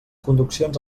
conduccions